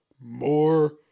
More